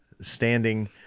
standing